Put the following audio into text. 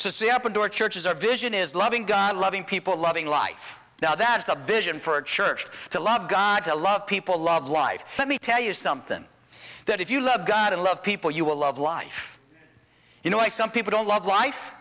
open door churches are vision is loving god loving people loving life now that's the vision for a church to love god to love people love life let me tell you something that if you love god and love people you will love life you know why some people don't love life